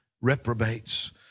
reprobates